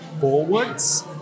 forwards